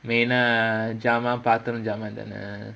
ஜாமான் பாத்தர ஜாமான் தான:jaamaan paathara jaamaan thaana